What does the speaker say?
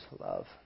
love